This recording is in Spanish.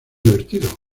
divertido